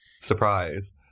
Surprise